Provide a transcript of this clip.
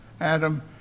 Adam